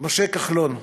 משה כחלון,